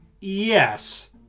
yes